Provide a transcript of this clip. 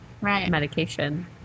medication